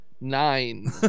nine